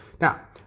Now